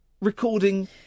recording